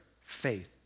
faith